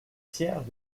fiers